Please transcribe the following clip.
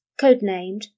codenamed